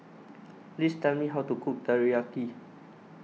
please tell me how to cook Teriyaki